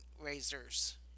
Razors